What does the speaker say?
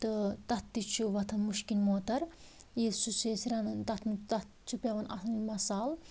تہٕ تَتھ تہِ چھُ وَتھان مُشکِنۍ موتَر ییٚلہِ سُہ چھِ أسۍ رَنان تَتھ تَتھ چھُ پٮ۪وان مَصال